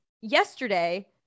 yesterday